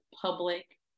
public